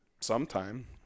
sometime